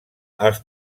els